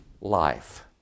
life